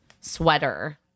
sweater